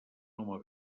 home